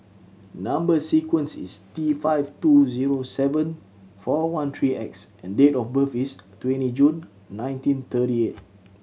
number sequence is T five two zero seven four one three X and date of birth is twenty June nineteen thirty eight